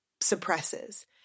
suppresses